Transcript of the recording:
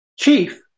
chief